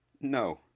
No